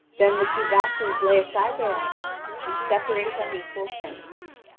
then the two vassals lay aside their arms and separate on equal terms.